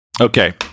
Okay